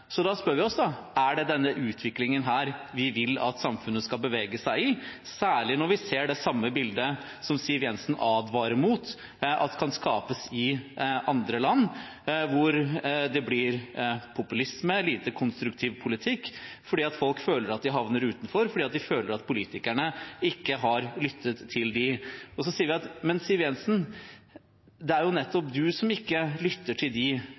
Da spør vi oss: Er det denne utviklingen vi vil at samfunnet skal bevege seg i retning av, særlig når vi ser det samme bildet som Siv Jensen advarer mot kan skapes i andre land, hvor det blir populisme og lite konstruktiv politikk fordi folk føler at de havner utenfor, fordi de føler at politikerne ikke har lyttet til dem? Så sier vi: Men Siv Jensen, det er jo nettopp du som ikke lytter til